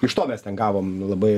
iš to mes ten gavom labai